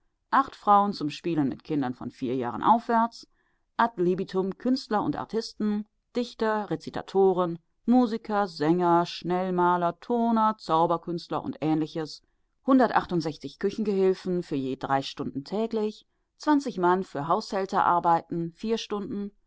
acht frauen zum spielen mit kindern von vier jahren aufwärts ad libitum künstler und artisten dichter rezitatoren musiker sänger schnellmaler turner zauberkünstler und ähnliches hundertsechzig küchen gehilfen für je drei stunden täglich zwanzig mann für haushälterarbeiten vier stunden